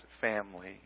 family